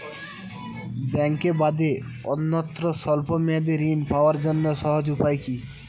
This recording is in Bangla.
ব্যাঙ্কে বাদে অন্যত্র স্বল্প মেয়াদি ঋণ পাওয়ার জন্য সহজ উপায় কি?